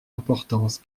importance